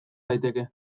daiteke